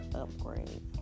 upgrade